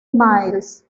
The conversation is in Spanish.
miles